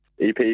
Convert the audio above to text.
EP